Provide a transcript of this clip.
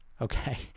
Okay